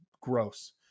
gross